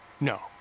No